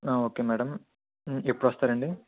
okay madam ఎప్పుడొస్తారు అండి